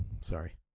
sorry